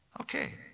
Okay